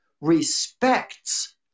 respects